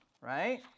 right